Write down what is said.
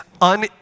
un